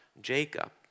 Jacob